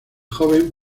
joven